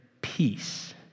peace